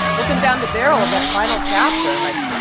looking down the barrel of that final chapter. and like,